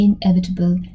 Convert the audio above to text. inevitable